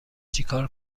چکار